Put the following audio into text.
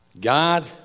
God